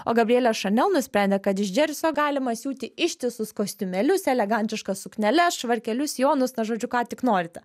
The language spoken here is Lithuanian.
o gabrielė šanel nusprendė kad iš džersio galima siūti ištisus kostiumėlius elegantiškas sukneles švarkelius sijonus na žodžiu ką tik norite